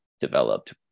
developed